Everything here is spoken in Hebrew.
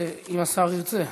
זה, אם השר ירצה.